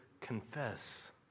confess